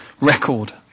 record